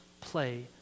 play